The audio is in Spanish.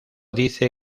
dice